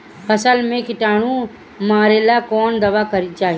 फसल में किटानु मारेला कौन दावा चाही?